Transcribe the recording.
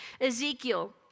Ezekiel